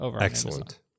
Excellent